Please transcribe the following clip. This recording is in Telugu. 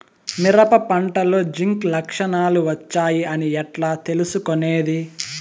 మిరప పంటలో జింక్ లక్షణాలు వచ్చాయి అని ఎట్లా తెలుసుకొనేది?